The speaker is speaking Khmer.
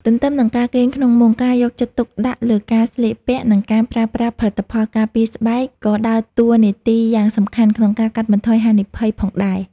ទន្ទឹមនឹងការគេងក្នុងមុង ការយកចិត្តទុកដាក់លើការស្លៀកពាក់ និងការប្រើប្រាស់ផលិតផលការពារស្បែកក៏ដើរតួនាទីយ៉ាងសំខាន់ក្នុងការកាត់បន្ថយហានិភ័យផងដែរ។